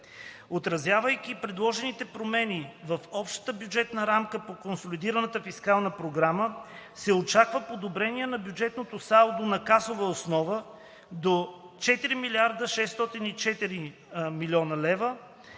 Отразявайки предложените промени в общата бюджетна рамка по консолидираната фискална програма, се очаква подобрение на бюджетното салдо на касова основа до 4 604,2 млн. лв.